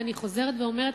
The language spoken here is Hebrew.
ואני חוזרת ואומרת: